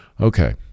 okay